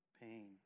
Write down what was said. pain